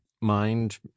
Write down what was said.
mind